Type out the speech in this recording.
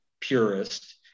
purist